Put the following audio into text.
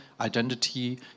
identity